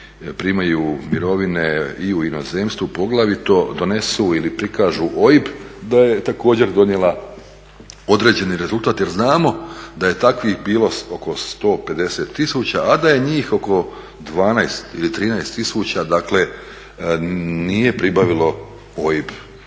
primaju mirovine i u inozemstvu poglavito donesu ili prikažu OIB, da je također donijela određeni rezultat jer znamo da je takvih bilo oko 150 000, a da njih oko 12 ili 13 tisuća nije pribavilo OIB.